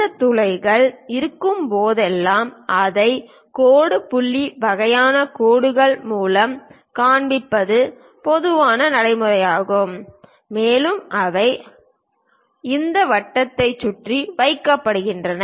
இந்த துளைகள் இருக்கும்போதெல்லாம் அதை கோடு புள்ளி வகையான கோடுகள் மூலம் காண்பிப்பது பொதுவான நடைமுறையாகும் மேலும் அவை இந்த வட்டத்தை சுற்றி வைக்கப்படுகின்றன